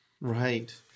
Right